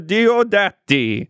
Diodati